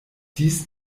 dies